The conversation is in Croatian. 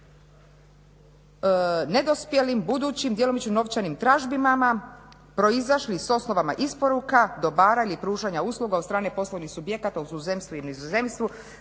nedospjelim budućim djelomično novčanim tražbinama, proizašli s osnovama isporuka dobara ili pružanja usluga od strane poslovnih subjekata u tuzemstvu i inozemstvu